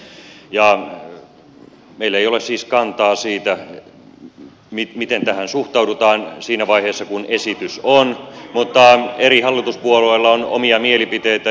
meillä ei ole siis kantaa siitä miten tähän suhtaudutaan siinä vaiheessa kun esitys on mutta eri hallituspuolueilla on omia mielipiteitä